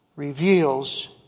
reveals